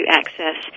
access